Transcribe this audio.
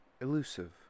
elusive